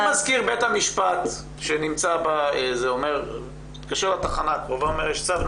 מזכיר בית המשפט מתקשר לתחנה ואומר להם שיש צו,